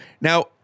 Now